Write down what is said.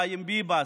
וחיים ביבס,